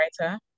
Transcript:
writer